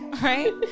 right